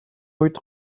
үед